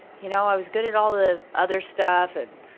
you know, i was good at all the other stuff and.